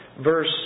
verse